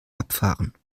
abfahren